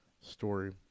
story